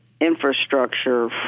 infrastructure